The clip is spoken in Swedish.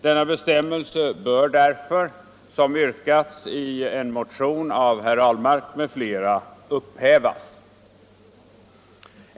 Denna bestämmelse bör därför, som yrkats i en motion av herr Ahlmark m.fl., upphävas.